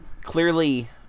clearly